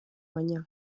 baina